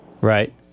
Right